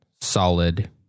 solid